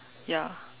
ya